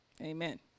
amen